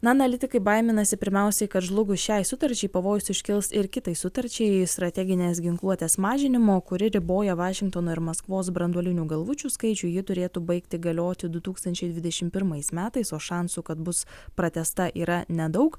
na analitikai baiminasi pirmiausiai kad žlugus šiai sutarčiai pavojus iškils ir kitai sutarčiai strateginės ginkluotės mažinimo kuri riboja vašingtono ir maskvos branduolinių galvučių skaičių ji turėtų baigti galioti du tūkstančiai dvidešim pirmais metais o šansų kad bus pratęsta yra nedaug